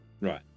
Right